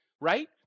Right